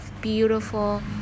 beautiful